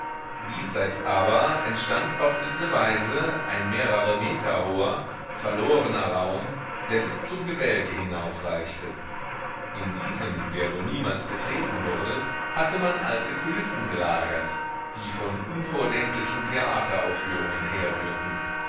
diesseits aber entstand auf diese weise ein mehrere meter hoher verlorener raum der bis zum gebälke hinaufreichte in diesem der wohl niemals betreten wurde hatte man alte kulissen gelagert die von unvordenklichen theateraufführungen herrührten